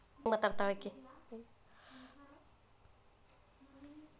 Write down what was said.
Edward rose ಮತ್ತ Andhra red rose ಮತ್ತ button ಗುಲಾಬಿಗಳು ಹೆಚ್ಚಾಗಿ ಕೃಷಿಯೊಳಗ ಕಂಡಬರ್ತಾವ